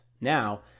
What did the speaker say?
Now